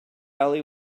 alley